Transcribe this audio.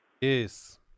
Yes